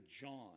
John